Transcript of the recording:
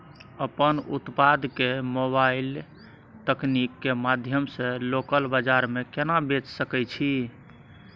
अपन उत्पाद के मोबाइल तकनीक के माध्यम से लोकल बाजार में केना बेच सकै छी?